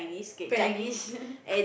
Spanish